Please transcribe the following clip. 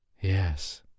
Yes